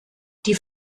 die